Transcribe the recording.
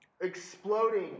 exploding